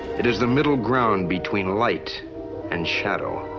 it is the middle ground between light and shadow,